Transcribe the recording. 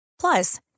Plus